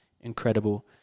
incredible